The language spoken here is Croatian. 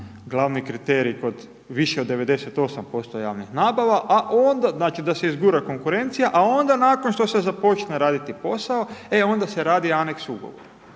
glavni kriterij kod više od 98% javnih nabava a onda, znači da se izgura konkurencija a onda nakon što se započne raditi posao e onda se radi aneks ugovora.